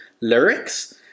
lyrics